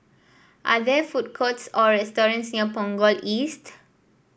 are there food courts or restaurants near Punggol East